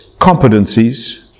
competencies